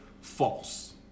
False